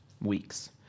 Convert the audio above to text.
weeks